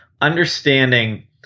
understanding